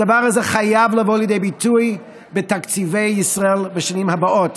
הדבר הזה חייב לבוא לידי ביטוי בתקציבי ישראל בשנים הבאות.